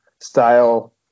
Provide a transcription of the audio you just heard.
style